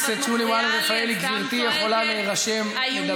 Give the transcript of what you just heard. מועלם-רפאלי, גברתי יכולה להירשם לדבר.